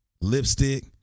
lipstick